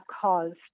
caused